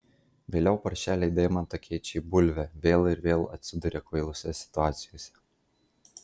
vėliau paršeliai deimantą keičia į bulvę vėl ir vėl atsiduria kvailose situacijose